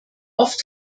oft